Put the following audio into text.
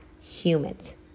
humans